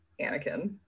Anakin